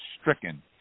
stricken